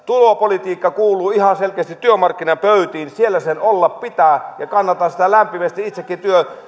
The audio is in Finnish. tulopolitiikka kuuluu ihan selkeästi työmarkkinapöytiin siellä sen olla pitää ja kannatan sitä lämpimästi itsekin